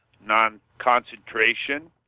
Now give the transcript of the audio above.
non-concentration